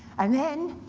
and then,